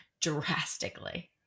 drastically